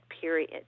period